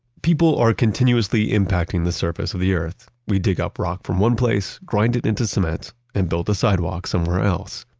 people are continuously impacting the surface of the earth. we dig up rock from one place, grind it into cement and build a sidewalk somewhere else.